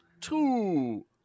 two